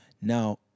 Now